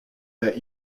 that